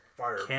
fire